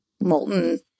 molten